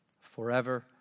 forever